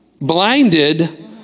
blinded